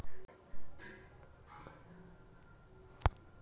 ऋण जरूरी होथे या नहीं होवाए बतावव?